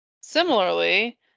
Similarly